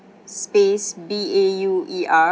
space B A U E R